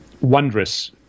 wondrous